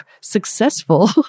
successful